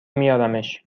میارمش